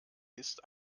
ist